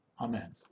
Amen